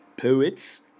poets